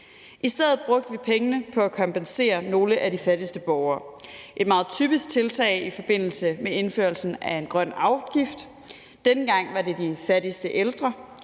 I stedet brugte vi pengene på at kompensere nogle af de fattigste borgere – et meget typisk tiltag i forbindelse med indførelsen af en grøn afgift. Denne gang var det de fattigste ældre.